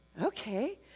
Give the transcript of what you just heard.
Okay